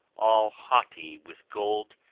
all haughty with gold,